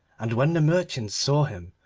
and when the merchants saw him